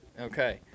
Okay